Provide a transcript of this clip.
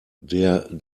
der